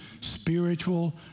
spiritual